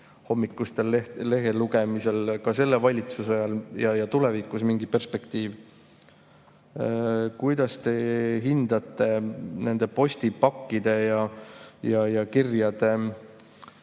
hommikusel lehelugemisel ka selle valitsuse ajal ja tulevikus mingi perspektiiv? Kuidas te hindate postipakkide ja kirjade